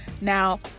now